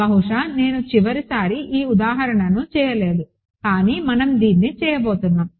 బహుశా నేను చివరిసారి ఈ ఉదాహరణను చేయలేదు కానీ మనం దీన్ని చేయబోతున్నాము